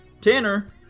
Tanner